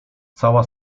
cała